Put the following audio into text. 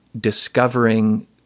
discovering